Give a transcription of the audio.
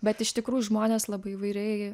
bet iš tikrųjų žmonės labai įvairiai